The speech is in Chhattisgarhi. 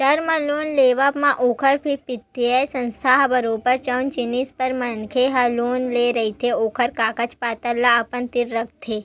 टर्म लोन लेवब म कोनो भी बित्तीय संस्था ह बरोबर जउन जिनिस बर मनखे ह लोन ले रहिथे ओखर कागज पतर ल अपन तीर राखथे